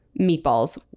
meatballs